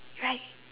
right